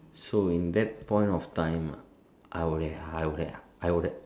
so in that that point of time I would have I would have I would have